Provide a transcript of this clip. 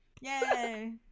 Yay